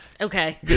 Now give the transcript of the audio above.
okay